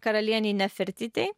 karalienei nefertitei